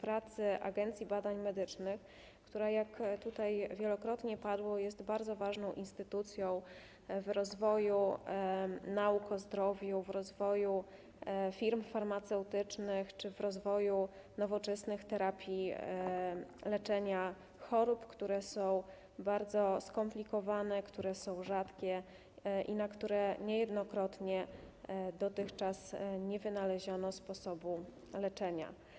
pracy Agencji Badań Medycznych, która - jak tutaj wielokrotnie padło - jest bardzo ważną instytucją, jeśli chodzi o rozwój nauk o zdrowiu, rozwój firm farmaceutycznych czy rozwój nowoczesnych terapii leczenia chorób, które są bardzo skomplikowane, rzadkie i na które niejednokrotnie dotychczas nie wynaleziono sposobu leczenia.